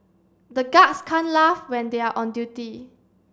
the guards can't laugh when they are on duty